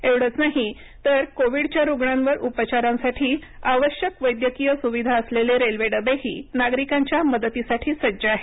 एवढंच नाही तर कोविडच्या रुग्णांवर उपचारांसाठी आवश्यक वैद्यकीय सुविधा असलेले रेल्वे डबेही नागरिकांच्या मदतीसाठी सज्ज आहेत